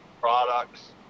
products